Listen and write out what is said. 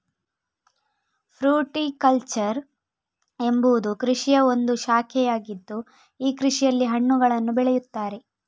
fruticulture ಎಂಬುವುದು ಕೃಷಿಯ ಒಂದು ಶಾಖೆಯಾಗಿದ್ದು ಈ ಕೃಷಿಯಲ್ಲಿ ಹಣ್ಣುಗಳನ್ನು ಬೆಳೆಯುತ್ತಾರೆ